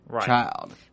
child